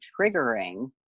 triggering